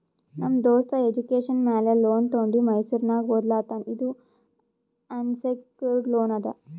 ನಮ್ ದೋಸ್ತ ಎಜುಕೇಷನ್ ಮ್ಯಾಲ ಲೋನ್ ತೊಂಡಿ ಮೈಸೂರ್ನಾಗ್ ಓದ್ಲಾತಾನ್ ಇದು ಅನ್ಸೆಕ್ಯೂರ್ಡ್ ಲೋನ್ ಅದಾ